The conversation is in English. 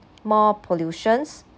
more pollutions